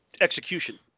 execution